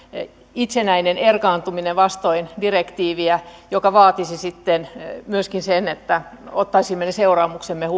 itsenäinen erkaantuminen vastoin direktiiviä mikä vaatisi sitten myöskin sen että ottaisimme ne seuraamukset